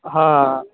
ਹਾਂ